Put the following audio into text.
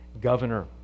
governor